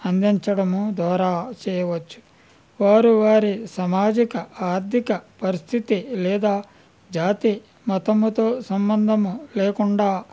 అందించడము ద్వారా చేయవచ్చు వారు వారి సమాజక ఆర్థిక పరిస్థితి లేదా జాతి మతముతో సంబంధము లేకుండా